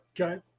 okay